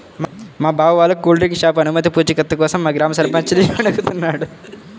మా బావ వాళ్ళ కూల్ డ్రింక్ షాపు అనుమతి పూచీకత్తు కోసం మా గ్రామ సర్పంచిని అడుగుతున్నాడు